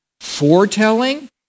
foretelling